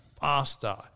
faster